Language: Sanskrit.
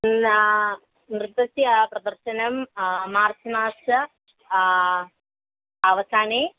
न नृत्यस्य प्रदर्शनं मार्च् मासे अवसाने